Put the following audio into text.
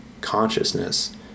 consciousness